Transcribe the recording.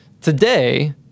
today